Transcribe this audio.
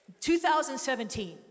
2017